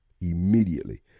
immediately